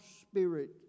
spirit